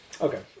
Okay